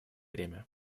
время